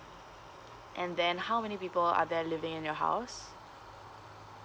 and then how many people are there living in your house